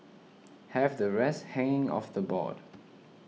have the rest hanging off the board